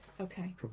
Okay